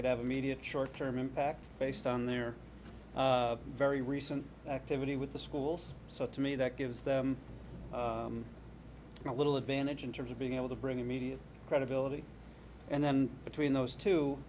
could have immediate short term impact based on their very recent activity with the schools so to me that gives them a little advantage in terms of being able to bring immediate credibility and then between those two